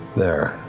there.